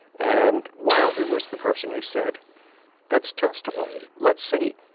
and wilder was the person who said that's testable, let's see.